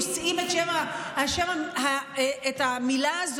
נושאים לשווא את המילה,